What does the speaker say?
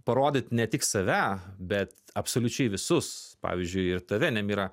parodyt ne tik save bet absoliučiai visus pavyzdžiui ir tave nemira